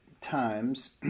times